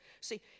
See